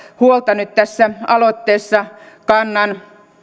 huolta nyt tässä aloitteessa kannan